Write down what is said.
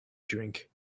drink